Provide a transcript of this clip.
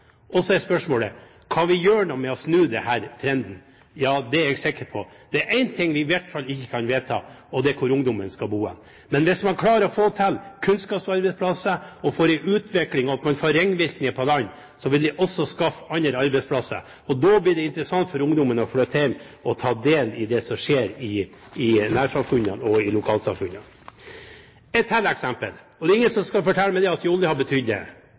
pst. Så er spørsmålet: Kan vi gjøre noe for å snu denne trenden? Ja, det er jeg sikker på. Det er én ting vi i hvert fall ikke kan vedta, og det er hvor ungdommen skal bo. Men hvis man klarer å få til kunnskapsarbeidsplasser, og får til en utvikling som skaper ringvirkninger på land, vil det også skape andre arbeidsplasser, og da blir det interessant for ungdommen å flytte hjem og ta del i det som skjer i lokalsamfunnet. Et eksempel til. Det er ingen som skal fortelle meg at ikke oljen har betydd noe. I offentlig sektor var det